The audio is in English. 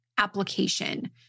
application